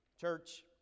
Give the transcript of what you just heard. church